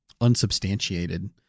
unsubstantiated